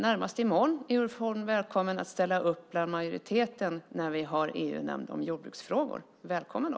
Närmast i morgon är Ulf Holm välkommen att ställa upp bland majoriteten när vi har EU-nämnd om jordbruksfrågor. Välkommen då!